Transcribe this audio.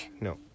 No